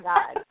God